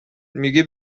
میگه